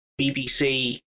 BBC